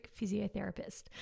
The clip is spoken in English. physiotherapist